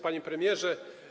Panie Premierze!